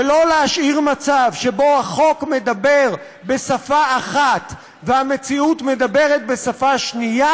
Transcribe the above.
ולא להשאיר מצב שבו החוק מדבר בשפה אחת והמציאות מדברת בשפה שנייה,